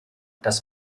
das